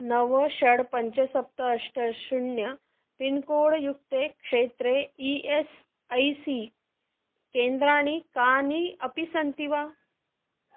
नव षट् पञ्च सप्त अष्ट शून्यं पिन्कोड् युक्ते क्षेत्रे ई एस् ऐ सी केन्द्राणि कानि अपि सन्ति वा